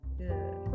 good